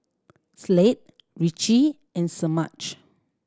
Slade Ricci and Semaj